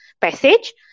passage